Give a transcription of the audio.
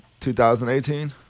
2018